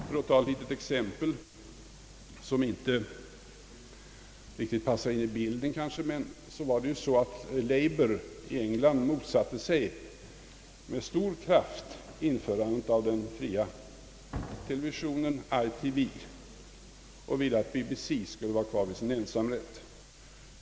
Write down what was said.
För att ta ett litet exempel, även om det inte riktigt passar in i bilden, vill jag nämna att det förhöll sig så att Labour i England med stor kraft motsatte sig införandet av den fria televisionen och ville att BBC skulle ha kvar sin ensamrätt.